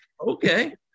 Okay